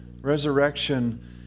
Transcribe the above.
Resurrection